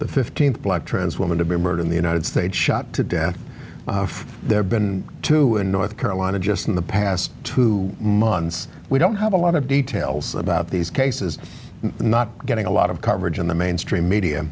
the th black trans woman to be murdered in the united states shot to death there been to a north carolina just in the past two months we don't have a lot of details about these cases not getting a lot of coverage in the mainstream media